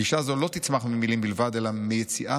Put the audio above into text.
גישה זו לא תצמח ממילים בלבד אלא מיציאה